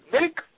Make